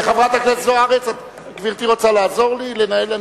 חברת הכנסת זוארץ, גברתי רוצה לעזור לי לנהל?